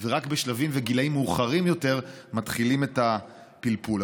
ורק בשלבים וגילים מאוחרים יותר מתחילים את הפלפול.